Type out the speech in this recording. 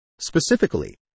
Specifically